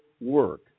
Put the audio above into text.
work